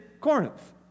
Corinth